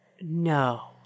No